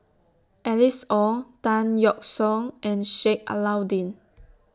Alice Ong Tan Yeok Seong and Sheik Alau'ddin